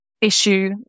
issue